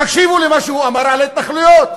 תקשיבו למה שהוא אמר על ההתנחלויות.